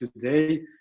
today